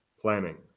planning